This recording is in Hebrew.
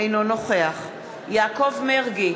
אינו נוכח יעקב מרגי,